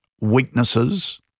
weaknesses